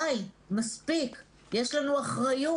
די, מספיק, יש לנו אחריות.